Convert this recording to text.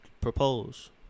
Propose